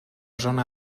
zona